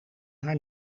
haar